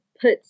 put